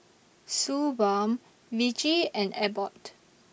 Suu Balm Vichy and Abbott